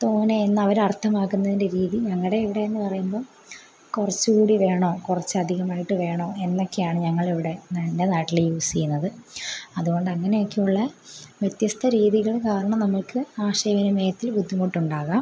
തോനെ എന്ന് അവർ അർത്ഥമാക്കുന്നതിൻ്റെ രീതി ഞങ്ങളുടെ ഇവിടെ എന്ന് പറയുമ്പം കുറച്ചുകൂടി വേണോ കുറച്ച് അധികമായിട്ട് വേണോ എന്നൊക്കെയാണ് ഞങ്ങൾ ഇവിടെ എൻ്റെ നാട്ടിൽ യൂസ് ചെയ്യുന്നത് അതുകൊണ്ട് അങ്ങനെയൊക്കെ ഉള്ള വ്യത്യസ്ത രീതികൽ കാരണം നമുക്ക് ആശയ വിനിമയത്തിൽ ബുദ്ധിമുട്ടുണ്ടാകാം